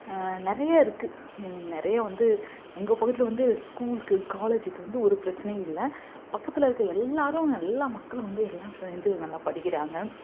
நிறைய இருக்குது நிறைய வந்து எங்கள் பகுதியில் வந்து ஸ்கூல்க்கு காலேஜுக்கு வந்து ஒரு பிரச்சனையும் இல்லை பக்கத்தில் இருக்க எல்லாரும் எல்லாம் மக்களும் வந்து எல்லாம் சேர்ந்து நல்லா படிக்கிறாங்க